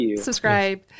subscribe